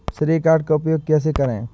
श्रेय कार्ड का उपयोग कैसे करें?